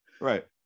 Right